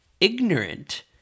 ignorant